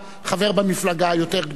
חבר במפלגה היותר גדולה,